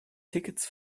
tickets